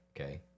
Okay